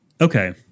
Okay